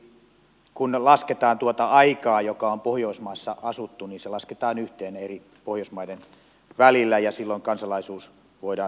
eli kun lasketaan tuota aikaa joka on pohjoismaassa asuttu niin se lasketaan yhteen eri pohjoismaiden välillä ja silloin kansalaisuus voidaan sitten saada